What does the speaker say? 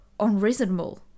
unreasonable